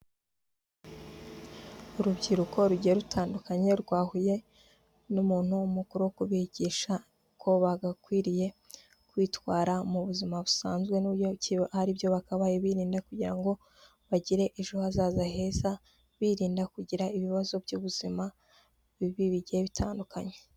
Urubyiruko rugiye rutandukanye rwahuye n'umuntu mukuru wo kubigisha uko bagakwiriye kwitwara mu buzima busanzwe n'uburyo hari ibyo bakabaye birinda kugira ngo bagire ejo hazaza heza, birinda kugira ibibazo by'ubuzima bibi bigiye bitandukanye.